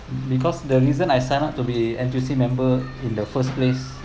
because the reason I sign up to be N_T_U_C member in the first place